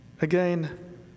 Again